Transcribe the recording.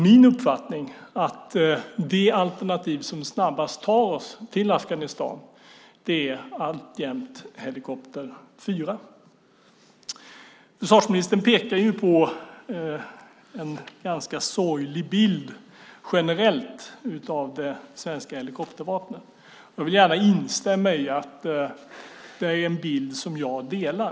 Min uppfattning är alltså att det alternativ som snabbast tar oss till Afghanistan alltjämt är helikopter 4. Försvarsministern pekar på en generellt ganska sorglig bild av det svenska helikoptervapnet. Jag vill gärna instämma. Det är en uppfattning som jag delar.